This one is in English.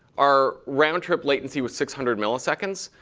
our round trip latency was six hundred milliseconds.